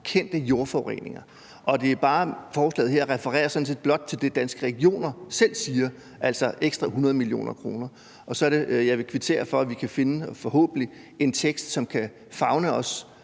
det – jordforureninger, og forslaget her refererer sådan set blot til det, Danske Regioner selv siger, altså ekstra 100 mio kr. Og så vil jeg kvittere for, at vi forhåbentlig kan finde frem til en tekst, som kan favne os,